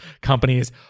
companies